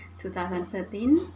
2013